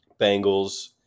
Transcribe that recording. Bengals